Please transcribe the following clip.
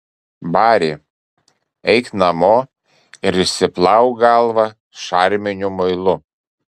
bari eik namo ir išsiplauk galvą šarminiu muilu